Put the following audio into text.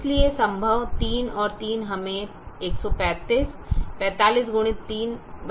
इसलिए संभव 33 हमें 135 45x3 135 देगा